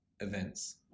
events